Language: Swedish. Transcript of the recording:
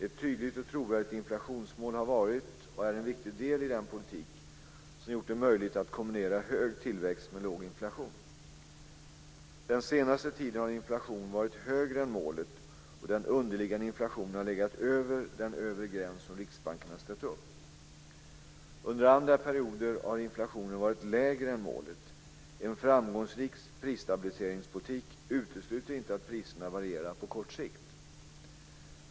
Ett tydligt och trovärdigt inflationsmål har varit och är en viktig del i den politik som gjort det möjligt att kombinera hög tillväxt med låg inflation. Den senaste tiden har inflationen varit högre än målet, och den underliggande inflationen har legat över den övre gräns som Riksbanken har ställt upp. Under andra perioder har inflationen varit lägre än målet. En framgångsrik prisstabiliseringspolitik utesluter inte att priserna varierar på kort sikt.